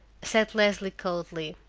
said leslie coldly,